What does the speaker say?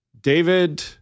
David